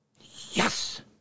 Yes